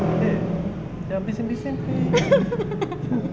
eh jangan bising-bising please